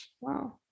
Wow